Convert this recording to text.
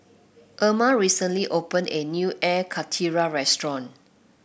Emma recently open a new Air Karthira restaurant